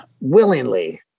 Willingly